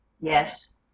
Yes